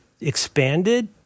expanded